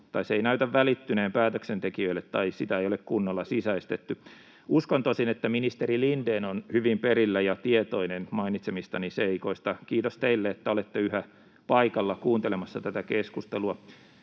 ei näytä välittyneen päätöksentekijöille tai sitä ei ole kunnolla sisäistetty. Uskon tosin, että ministeri Lindén on hyvin perillä ja tietoinen mainitsemistani seikoista. Kiitos teille, että olette yhä paikalla kuuntelemassa tätä keskustelua.